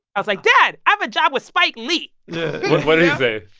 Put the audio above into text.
i was like, dad, i have a job with spike lee yeah, what did he say?